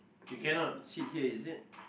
we cannot sit here is it